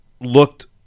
looked